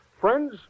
Friends